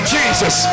Jesus